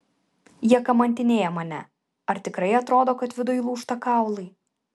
jie kamantinėja mane ar tikrai atrodo kad viduj lūžta kaulai